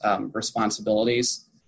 responsibilities